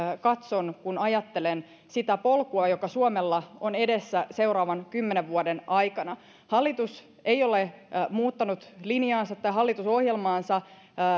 katson kun ajattelen sitä polkua joka suomella on edessä seuraavan kymmenen vuoden aikana hallitus ei ole muuttanut linjaansa tai hallitusohjelmaansa